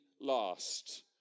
last